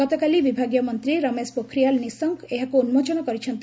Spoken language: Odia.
ଗତକାଲି ବିଭାଗୀୟ ମନ୍ତ୍ରୀ ରମେଶ ପୋଖରିଆଲ୍ ନିଶଙ୍କ ଏହାକୁ ଉନ୍କୋଚନ କରିଛନ୍ତି